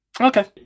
okay